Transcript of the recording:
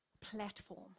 platform